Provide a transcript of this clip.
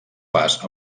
pas